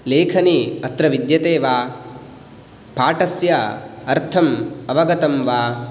लेखनी अत्र विद्यते वा पाठस्य अर्थम् अवगतं वा